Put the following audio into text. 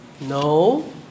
No